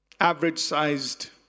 average-sized